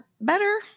better